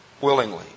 Willingly